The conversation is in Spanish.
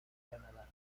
canadá